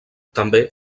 també